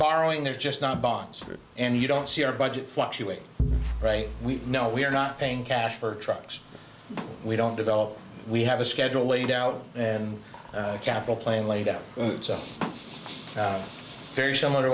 borrowing they're just not bonds and you don't see our budget fluctuate right we know we're not paying cash for trucks we don't develop we have a schedule laid out and capital plane laid out it's a very similar